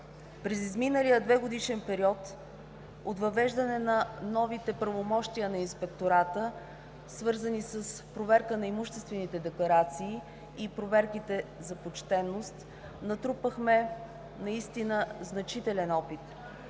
През изминалия двегодишен период от въвеждане на новите правомощия на Инспектората, свързани с проверка на имуществените декларации и проверките за почтеност, натрупахме наистина значителен опит.